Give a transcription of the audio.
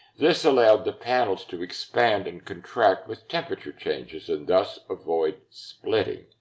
this allowed the panels to expand and contract with temperature changes and thus avoid splitting.